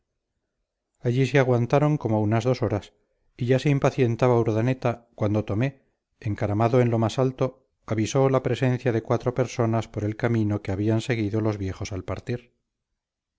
allí se aguantaron como unas dos horas y ya se impacientaba urdaneta cuando tomé encaramado en lo más alto avisó la presencia de cuatro personas por el camino que habían seguido los viejos al partir